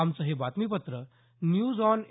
आमचं हे बातमीपत्र न्यूज ऑन ए